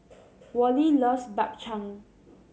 Wally loves Bak Chang